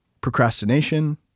Procrastination